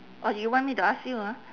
or you want me to ask you ah